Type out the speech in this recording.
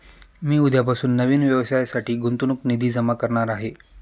मी उद्यापासून नवीन व्यवसायासाठी गुंतवणूक निधी जमा करणार आहे